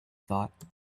thought